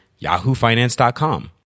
yahoofinance.com